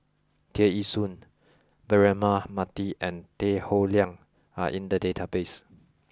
Tear Ee Soon Braema Mathi and Tan Howe Liang are in the database